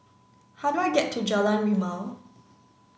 how do I get to Jalan Rimau